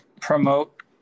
promote